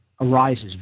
arises